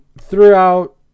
throughout